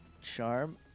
Charm